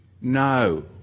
No